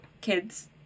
kids